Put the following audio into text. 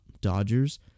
Dodgers